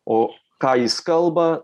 o ką jis kalba